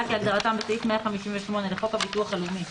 כהגדרתם בסעיף 158 לחוק הביטוח הלאומי,